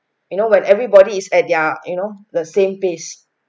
you know when everybody is at their you know the same pace